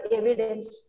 evidence